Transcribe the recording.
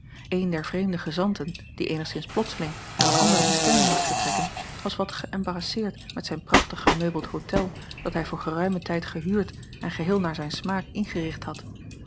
een der vreemde gezanten die eenigszins plotseling naar eene andere bestemming moest vertrekken was wat geëmbarasseerd met zijn prachtig gemeubeld hotel dat hij voor geruimen tijd gehuurd en geheel naar zijn smaak ingericht had